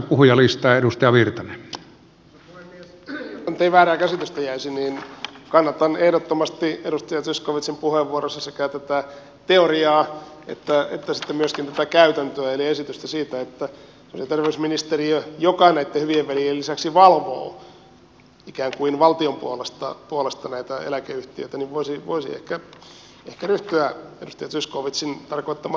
jotta nyt ei väärää käsitystä jäisi kannatan ehdottomasti edustaja zyskowiczin puheenvuorossa sekä tätä teoriaa että myöskin tätä käytäntöä eli esitystä siitä että sosiaali ja terveysministeriö joka näitten hyvien veljien lisäksi valvoo ikään kuin valtion puolesta näitä eläkeyhtiöitä voisi ehkä ryhtyä edustaja zyskowiczin tarkoittamaan toimenpiteeseen